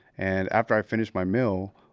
and after i finished my meal,